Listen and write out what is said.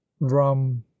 vram